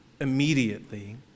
immediately